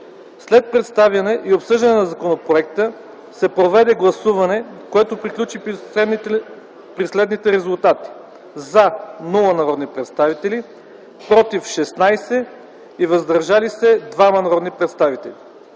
След представяне и обсъждане на законопроекта се проведе гласуване, което приключи при следните резултати: “за” – 0 народни представители, “против” – 16 и “въздържали се” – 2 народни представители.